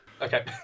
Okay